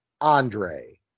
Andre